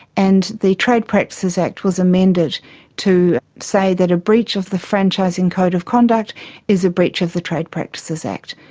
and the trade practices act was amended to say that a breach of the franchising code of conduct is a breach of the trade practices act.